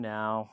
now